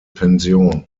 pension